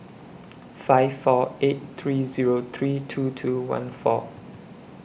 five four eight three Zero three two two one four